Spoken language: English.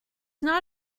not